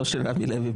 לא של רמי לוי,